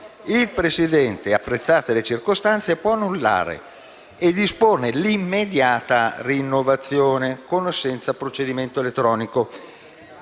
il Presidente, apprezzate le circostanze, può annullare e dispone l'immediata rinnovazione, con o senza procedimento elettronico.